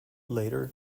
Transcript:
later